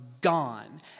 gone